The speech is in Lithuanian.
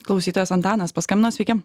klausytojas antanas paskambino sveiki